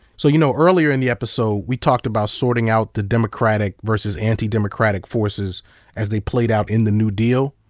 so, you know earlier in the episode we talked about sorting out the democratic versus anti-democratic forces as they played out in the new deal?